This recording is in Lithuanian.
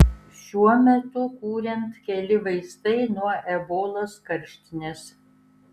šiuo metu kuriant keli vaistai nuo ebolos karštinės